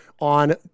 on